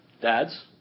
dads